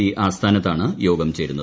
C ആസ്ഥാനത്താണ് യോഗം ചേരുന്നത്